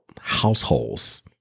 households